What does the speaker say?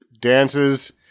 dances